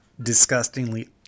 disgustingly